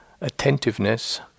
attentiveness